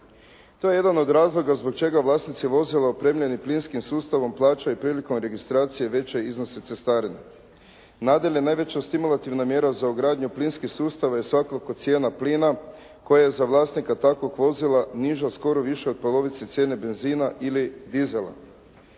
To je jedan od razloga zbog čega vlasnici vozila …/Govornik se ne razumije./… plaćaju prilikom registracije veće iznose cestarina. Nadalje, najveća stimulativna mjera za ugradnju plinskih sustava je svakako cijena plina koja je za vlasnika takvog vozila niža skoro više od polovice cijene benzina ili diesela.